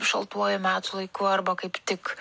šaltuoju metų laiku arba kaip tik